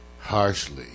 harshly